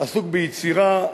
עסוק ביצירה,